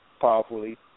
powerfully